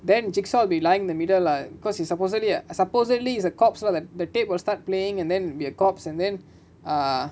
then jigsaw be lying the middle lah cause it's supposedly supposedly is a corpse wasn't the tape will start playing and then be a corpse and then err